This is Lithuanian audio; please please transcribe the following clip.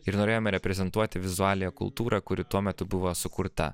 ir norėjome reprezentuoti vizualiąją kultūrą kuri tuo metu buvo sukurta